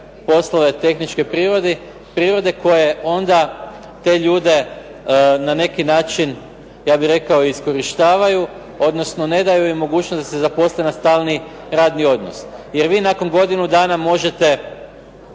poslove tehničke prirode koje onda te ljude na neki način ja bih rekao iskorištavaju odnosno ne daju im mogućnost da se zaposle na stalni radni odnos jer vi nakon godinu dana možete